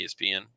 ESPN